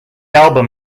album